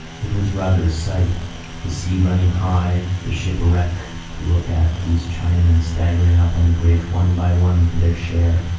it was rather a sight the sea running high, the ship a wreck to look at, these chinamen staggering up on the bridge one by one for their share,